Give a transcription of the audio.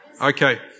Okay